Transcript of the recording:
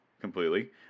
completely